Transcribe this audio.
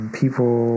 people